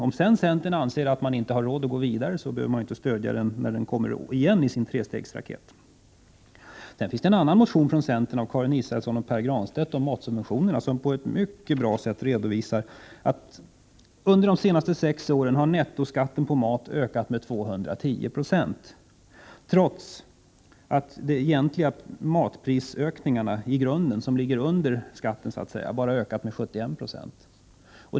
Om centern sedan anser att man inte har råd att gå vidare, behöver man inte ge sitt stöd när motionen kommer upp igen, som en trestegsraket. Det finns en annan motion från centern, av Karin Israelsson och Pär Granstedt, som på ett mycket bra sätt redovisar att nettoskatten på mat har ökat 210 96 under de senaste sex åren, trots att de egentliga matpriserna, som så att säga ligger under skatten, bara har ökat med 71 96.